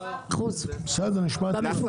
אפשר לעשות